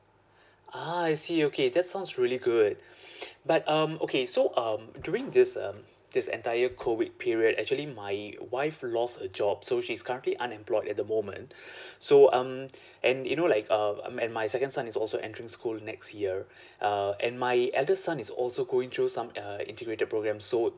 ah I see okay that sounds really good but um okay so um during this um this entire COVID period actually my wife lost her job so she's currently unemployed at the moment so um and you know like uh and and my second son is also entering school next year uh and my eldest son is also going through some uh integrated programme so